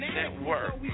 network